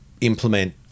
implement